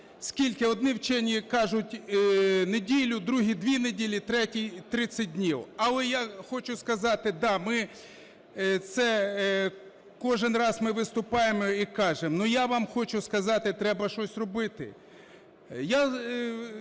скільки. Одні вчені кажуть, неділю, другі – дві неділі, треті – 30 днів. Але я хочу сказати, да, ми кожен раз ми виступаємо і кажемо. Але я вам хочу сказати, треба щось робити.